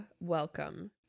welcome